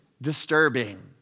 disturbing